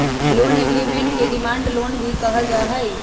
loan agreement के demand loan भी कहल जा हई